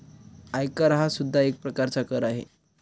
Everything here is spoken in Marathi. आयकर हा सुद्धा एक प्रकारचा कर आहे